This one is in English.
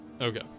okay